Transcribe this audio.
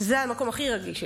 זה המקום הכי רגיש שלי.